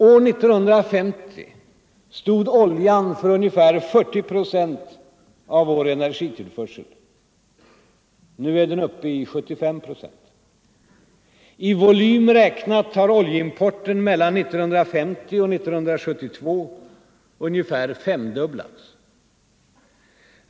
År 1950 stod oljan för ungefär 40 procent av vår energitillförsel. Nu är den uppe i 75 procent. I volym räknat har oljeimporten mellan 1950 och 1972 ungefär femdubblats.